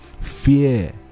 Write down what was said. fear